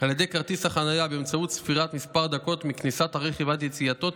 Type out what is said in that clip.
על ידי כרטיס החניה באמצעות ספירת מספר דקות מכניסת הרכב עד יציאתו,